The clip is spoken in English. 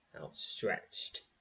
outstretched